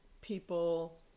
people